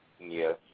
Yes